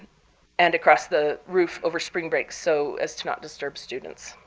and across the roof over spring break so as to not disturb students.